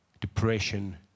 depression